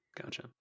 gotcha